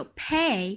pay